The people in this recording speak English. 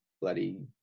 Bloody